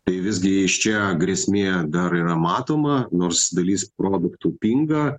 tai visgi iš čia grėsmė dar yra matoma nors dalis produktų pinga